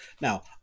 Now